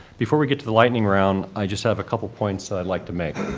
before we get to the lightning round, i just have a couple points that i'd like to make.